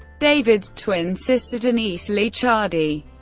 david's twin sister, denise licciardi,